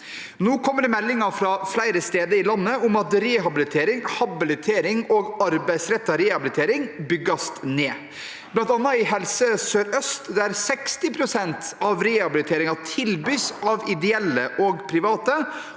Nå kommer det meldinger fra flere steder i landet om at rehabilitering, habilitering og arbeidsrettet rehabilitering bygges ned. Blant annet i Helse Sør-Øst, der 60 pst. av rehabiliteringen tilbys av ideelle og private,